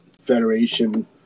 Federation